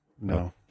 no